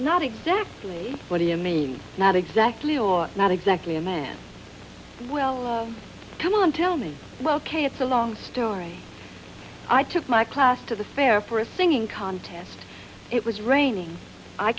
not exactly what do you mean not exactly or not exactly a man will come on tell me well ok it's a long story i took my class to the fair for a singing contest it was raining i